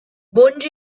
bonys